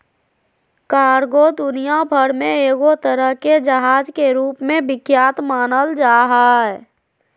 cargo दुनिया भर मे एगो तरह के जहाज के रूप मे विख्यात मानल जा हय